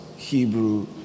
Hebrew